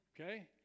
Okay